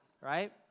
right